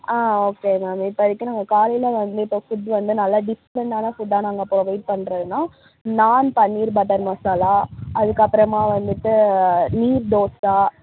ஆ okay ma'am இப்பதிக்கு நாங்கள் காலையில் வந்து இப்போ ஃபுட் வந்து நல்லா டிஃப்ரெண்ட்டான ஃபுட்டாக நாங்கள் ப்ரொவைட் பண்ணுறதுனா நாண் பன்னீர் பட்டர் மசாலா அதற்கப்பறமா வந்துட்டு நீர் தோசை